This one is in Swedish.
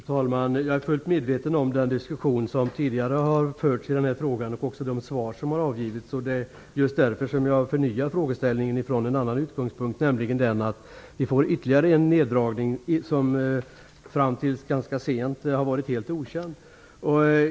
Fru talman! Jag är fullt medveten om den diskussion som tidigare har förts i denna fråga och också de svar som har avgivits. Det är just därför jag förnyar frågeställningen från en annan utgångspunkt, nämligen den att det kommer att göras ytterligare en neddragning som fram tills ganska sent har varit helt okänd.